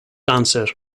dancer